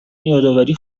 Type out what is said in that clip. یادآوری